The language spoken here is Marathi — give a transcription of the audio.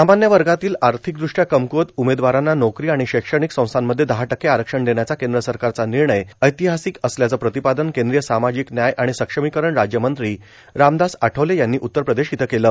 सामान्य वर्गातील आर्थिकद्रष्ट्या कमक्रवत उमेदवारांना नोकरी आणि शैक्षणिक संस्थांमध्ये दहा टक्के आरक्षण देण्याचा केंद्र सरकारचा निर्णय ऐतिहासिक असल्याचं प्रतिपादन केंद्रीय सामाजिक न्याय आणि सक्षमीकरण राज्यमंत्री रामदास आठवले यांनी उत्तर प्रदेश इथं केलं